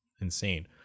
insane